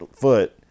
foot